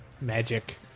Magic